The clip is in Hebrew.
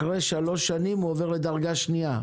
אחרי שלוש שנים עובר לדרגה שנייה.